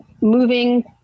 moving